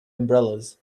umbrellas